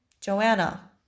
Joanna